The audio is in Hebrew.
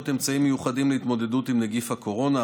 אמצעים מיוחדים להתמודדות עם נגיף הקורונה.